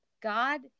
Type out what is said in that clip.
God